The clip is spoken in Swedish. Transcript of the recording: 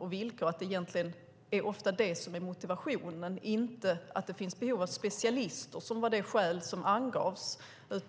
och villkor. Det är egentligen det som ofta är motivationen, inte att det finns behov av specialister, som var det skäl som angavs.